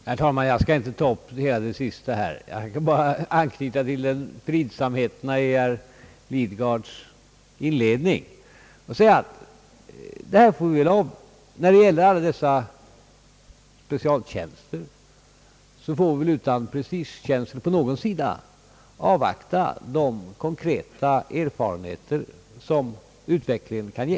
Herr talman! Jag skall inte ta upp detta sista som herr Lidgard sade här. Jag skall bara anknyta till fridsamheten i herr Lidgards inledning och säga att när det gäller alla dessa specialtjänster, så får vi väl utan prestigekänslor på någon sida avvakta de konkreta erfarenheter som utvecklingen kan ge.